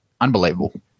unbelievable